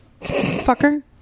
fucker